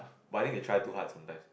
but I think they try too hard sometimes